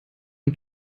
und